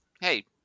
hey